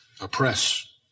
oppress